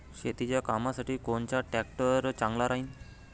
शेतीच्या कामासाठी कोनचा ट्रॅक्टर चांगला राहीन?